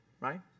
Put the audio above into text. right